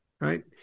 Right